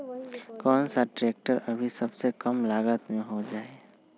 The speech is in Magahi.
कौन सा ट्रैक्टर अभी सबसे कम लागत में हो जाइ?